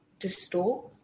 distort